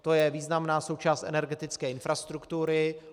To je významná součást energetické infrastruktury.